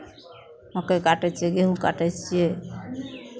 मक्कइ काटै छियै गहुम काटै छियै